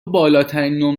بالاترین